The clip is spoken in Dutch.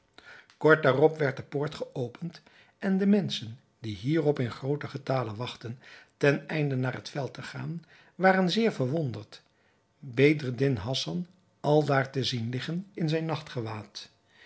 kort daarop werd de poort geopend en de menschen die hierop in grooten getale wachtten ten einde naar het veld te gaan waren zeer verwonderd bedreddin hassan aldaar te zien liggen in zijn